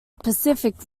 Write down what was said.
pacific